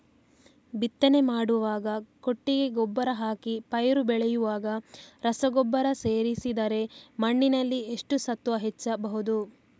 ಬಿತ್ತನೆ ಮಾಡುವಾಗ ಕೊಟ್ಟಿಗೆ ಗೊಬ್ಬರ ಹಾಕಿ ಪೈರು ಬೆಳೆಯುವಾಗ ರಸಗೊಬ್ಬರ ಸೇರಿಸಿದರೆ ಮಣ್ಣಿನಲ್ಲಿ ಎಷ್ಟು ಸತ್ವ ಹೆಚ್ಚಬಹುದು?